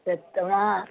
त तव्हां